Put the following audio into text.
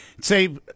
say